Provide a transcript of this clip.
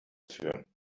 führen